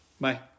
bye